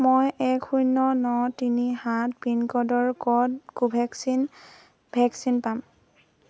মই এক শূন্য ন তিনি সাত পিনক'ডৰ ক'ত কোভেক্সিন ভেকচিন পাম